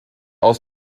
aus